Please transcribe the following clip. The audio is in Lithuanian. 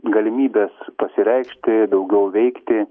galimybės pasireikšti daugiau veikti